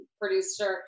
producer